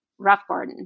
Roughgarden